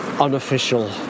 unofficial